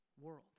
world